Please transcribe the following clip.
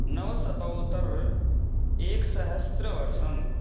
नवशतोत्तर एकसहस्रवर्षं